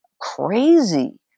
crazy